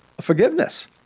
forgiveness